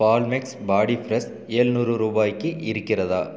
பால்மெக்ஸ் body fresh ஏழுநூறு ரூபாய்க்கு இருக்கிறதா